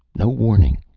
no warning.